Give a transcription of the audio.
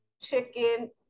chicken